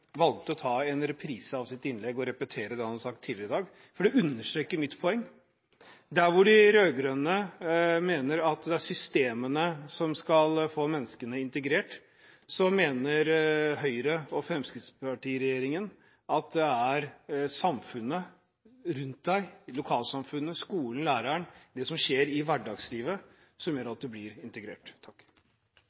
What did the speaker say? valgte å ta en reprise av sitt innlegg, og repetere det han har sagt tidligere i dag, for det understreker mitt poeng: Der hvor de rød-grønne mener at det er systemene som skal få menneskene integrert, mener Høyre–Fremskrittsparti-regjeringen at det er samfunnet rundt deg – lokalsamfunnet, skolen, læreren, det som skjer i hverdagslivet – som gjør at du blir integrert.